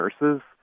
nurses